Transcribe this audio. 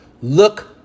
Look